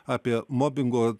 apie mobingo